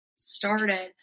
started